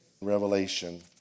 Revelation